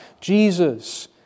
Jesus